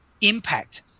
impact